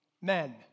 men